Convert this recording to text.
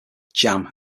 jam